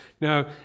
Now